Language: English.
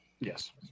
Yes